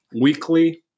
weekly